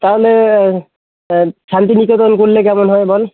তাহলে শান্তিনিকেতন ঘুরলে কেমন হয় বল